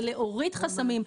זה להוריד חסמים.